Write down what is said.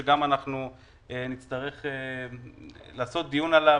שנצטרך לערוך עליו דיון,